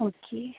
okay